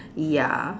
ya